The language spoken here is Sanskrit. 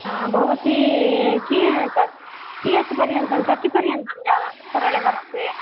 भवती कीयत्पर्यन्तं कतिपर्यन्तं जानाति सरळेवरसे